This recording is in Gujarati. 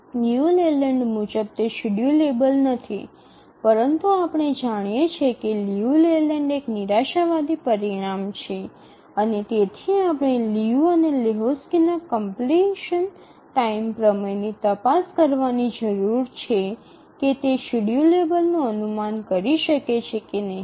લિયુ લેલેન્ડ મુજબ તે શેડ્યૂલેબલ નથી પરંતુ આપણે જાણીએ છીએ કે લિયુ લેલેન્ડ એક નિરાશાવાદી પરિણામ છે અને તેથી આપણે લિયુ અને લેહોક્સ્કીના કમપ્લીશન ટાઇમ પ્રમેયની તપાસ કરવાની જરૂર છે કે તે શેડ્યૂલેબલ નું અનુમાન કરી છે કે નહીં